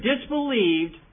disbelieved